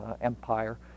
Empire